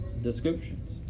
descriptions